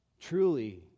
Truly